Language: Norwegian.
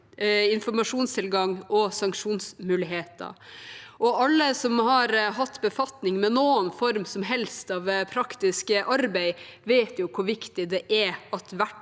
informasjonstilgang og sanksjonsmuligheter. Alle som har hatt befatning med noen som helst form for praktisk arbeid, vet hvor viktig det er at verktøyet